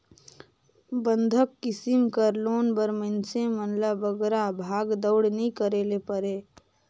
बंधक किसिम कर लोन बर मइनसे मन ल बगरा भागदउड़ नी करे ले परे